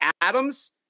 Adams